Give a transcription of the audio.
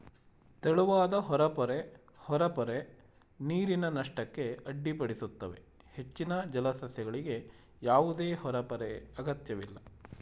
ತೆಳುವಾದ ಹೊರಪೊರೆ ಹೊರಪೊರೆ ನೀರಿನ ನಷ್ಟಕ್ಕೆ ಅಡ್ಡಿಪಡಿಸುತ್ತವೆ ಹೆಚ್ಚಿನ ಜಲಸಸ್ಯಗಳಿಗೆ ಯಾವುದೇ ಹೊರಪೊರೆ ಅಗತ್ಯವಿಲ್ಲ